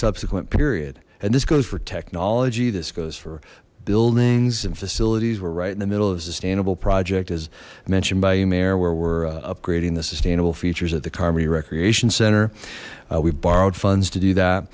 subsequent period and this goes for technology this goes for buildings and facilities were right in the middle of a sustainable project as mentioned by you mayor where we're upgrading the sustainable features at the carmody recreation center we've borrowed funds to do that